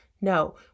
No